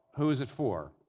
who is it for?